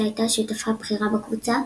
שהייתה השותפה הבכירה בקבוצה,